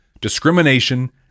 discrimination